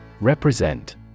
Represent